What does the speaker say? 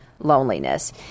Loneliness